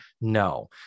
No